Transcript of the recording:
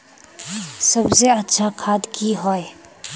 सबसे अच्छा खाद की होय?